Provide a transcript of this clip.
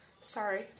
sorry